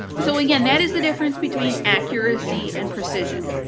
so again, that is the difference between accuracy and precision,